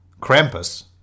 Krampus